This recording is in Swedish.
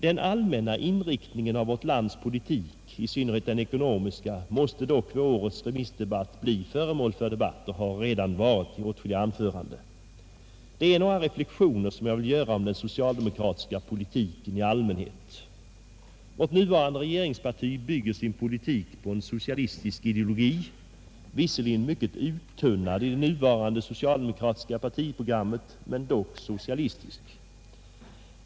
Den allmänna inriktningen av vårt lands politik, i synnerhet den ekonomiska, måste dock vid årets remissdebatt bli föremål för diskussion och har som sagt redan varit det. Det är några reflexioner som jag vill göra om den socialdemokratiska politiken i allmänhet. Vårt nuvarande regeringsparti bygger sin politik på en socialistisk ideologi, visserligen mycket uttunnad i det nuvarande socialdemokratiska partiprogrammet men dock socialistisk.